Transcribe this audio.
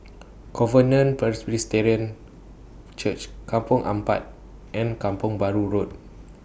Covenant Presbyterian Church Kampong Ampat and Kampong Bahru Road